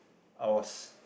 I was